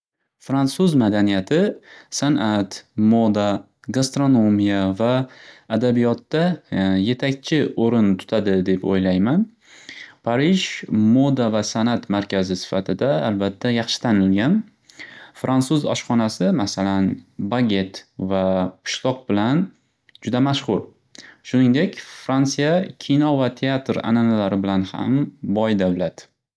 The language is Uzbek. Fransuz madaniyati san'at, mo'da, gastranomiya va adabiyotda yetakchi o'rin tutadi deb o'ylayman. Parij mo'da va san'at markazi sifatida albatda yaxshi tanilgan. Fransuz oshxonasi, masalan, baget va pishloq bilan juda mashxur. Shuningdek Fransiya kino va teatr ananalari bilan ham boy davlat.